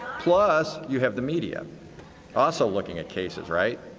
plus you have the media also looking at cases, right?